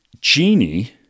genie